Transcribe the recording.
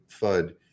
fud